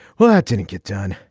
well, that didn't get done.